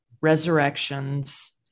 Resurrections